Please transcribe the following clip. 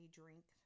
drink